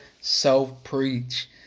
Self-Preach